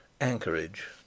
Anchorage